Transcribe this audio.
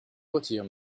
retire